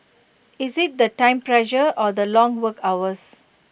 is IT the time pressure or the long work hours